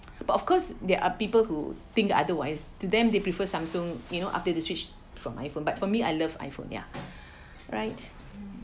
but of course there are people who think otherwise to them they prefer Samsung you know after they switch from iPhone but for me I love iPhone ya right